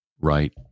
right